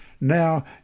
Now